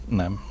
nem